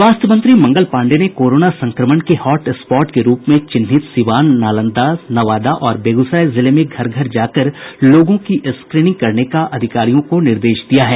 स्वास्थ्य मंत्री मंगल पांडेय ने कोरोना संक्रमण के हॉट स्पॉट के रूप में चिन्हित सिवान नालंदा नवादा और बेगूसराय जिले में घर घर जाकर लोगों की स्क्रीनिंग करने का अधिकारियों को निर्देश दिया है